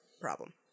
problem